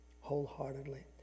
wholeheartedly